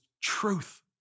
truth